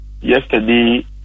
Yesterday